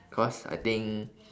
cause I think